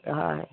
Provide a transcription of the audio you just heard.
হয়